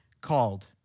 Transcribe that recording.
called